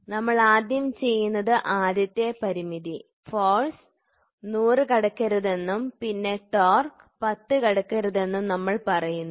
അതിനാൽ നമ്മൾ ആദ്യം ചെയ്യുന്നത് ആദ്യത്തെ പരിമിതി ഫോർസ് 100 കടക്കരുതെന്നും പിന്നെ ടോർക് 10 കടക്കരുത് എന്നും നമ്മൾ പറയുന്നു